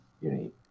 unique